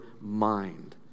mind